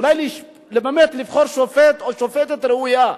אולי באמת לבחור שופט או שופטת ראויה.